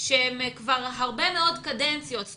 שכבר הרבה מאוד קדנציות מתנהלים כך.